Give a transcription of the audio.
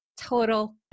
Total